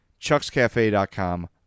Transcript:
ChucksCafe.com